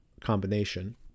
combination